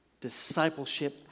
discipleship